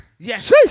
Yes